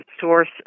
source